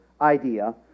idea